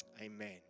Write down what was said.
amen